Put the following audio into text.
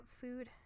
food